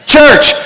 Church